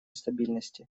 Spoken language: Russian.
стабильности